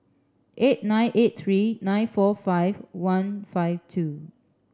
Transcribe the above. eight nine eight three nine four five one five two